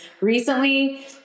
recently